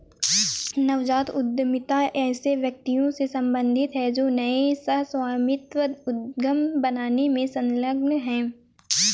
नवजात उद्यमिता ऐसे व्यक्तियों से सम्बंधित है जो नए सह स्वामित्व उद्यम बनाने में संलग्न हैं